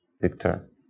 Victor